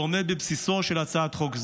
ועומד בבסיסה של הצעת חוק זו.